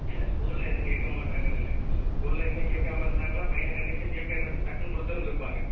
இல்லை ஸ்கூலில் எதுவும் கேட்க மாட்றாங்கன்னு இல்லை ஸ்கூலில் எதுவுமே கேட்காம இருந்தாங்கன்னா பையனை கண்டிச்சு லீவு கேட்டுவிட்டு டக்குன்னு கொடுத்துருப்பாங்க